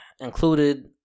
included